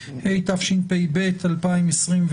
תשפ"ב, 2021,